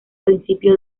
principio